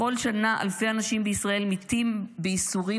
בכל שנה אלפי אנשים בישראל מתים בייסורים